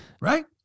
right